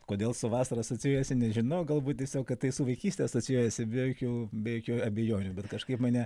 kodėl su vasara asocijuojasi nežinau galbūt tiesiog kad tai su vaikyste asocijuojasi be jokių be jokių abejonių bet kažkaip mane